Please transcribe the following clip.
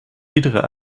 iedere